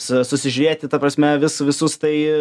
su susižiūrėti ta prasme vis visus tai